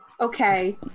Okay